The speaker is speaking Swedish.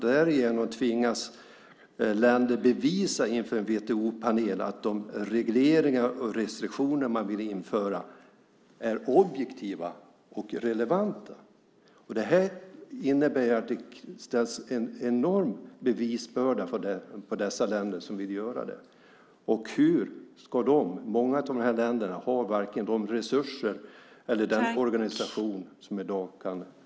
Därigenom tvingas länder bevisa inför en WTO-panel att de regleringar och restriktioner man vill införa är objektiva och relevanta. Det innebär att det läggs en enorm bevisbörda på de länder som vill göra det. Många av dessa länder har varken de resurser eller den organisation som behövs för att kunna göra det.